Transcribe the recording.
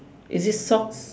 is it soft